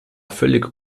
völlig